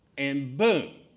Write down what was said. and boom,